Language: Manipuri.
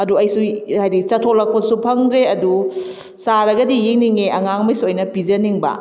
ꯑꯗꯣ ꯑꯩꯁꯨ ꯍꯥꯏꯗꯤ ꯆꯠꯊꯣꯂꯛꯄꯁꯨ ꯐꯪꯗ꯭ꯔꯦ ꯑꯗꯨ ꯆꯥꯔꯒꯗꯤ ꯌꯦꯡꯅꯤꯡꯉꯦ ꯑꯉꯥꯡꯉꯩꯁꯨ ꯑꯩꯅ ꯄꯤꯖꯅꯤꯡꯕ